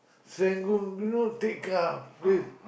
Serangoon you know Tekka-Place